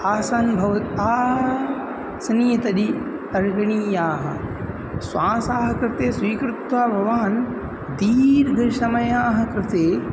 आसन् भव आसनीयाः तर्हि श्वासस्य कृते स्वीकृत्वा भवान् दीर्घसमयस्य कृते